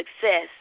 success